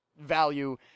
value